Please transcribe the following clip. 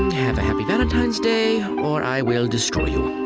have a happy valentine's day or i will destroy you. mm,